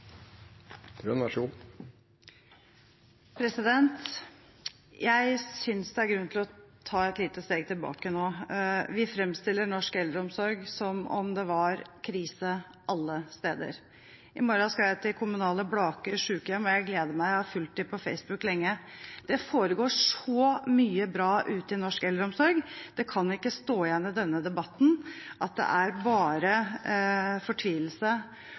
grunn til å ta et lite steg tilbake nå. Vi fremstiller norsk eldreomsorg som om det er krise alle steder. I morgen skal jeg til kommunale Blaker sykehjem, og jeg gleder meg – jeg har fulgt dem på Facebook lenge. Det foregår så mye bra ute i norsk eldreomsorg. Det kan ikke stå igjen etter denne debatten at det er bare fortvilelse